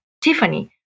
Tiffany